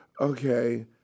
Okay